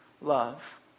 love